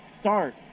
start